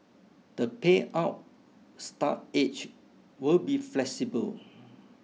the payout start age will be flexible